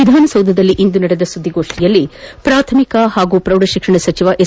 ವಿಧಾನಸೌಧದಲ್ಲಿ ಇಂದು ನಡೆದ ಸುದ್ಗಿಗೋಷ್ಠಿಯಲ್ಲಿ ಪ್ರಾಥಮಿಕ ಹಾಗೂ ಪೌಢಶಿಕ್ಷಣ ಸಚಿವ ಎಸ್